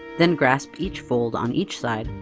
then grasp each fold on each side,